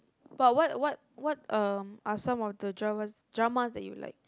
but what what what um are some of the dramas dramas that you like